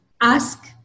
ask